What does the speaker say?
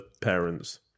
parents